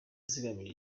zigamije